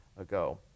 ago